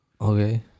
Okay